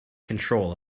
control